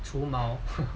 除毛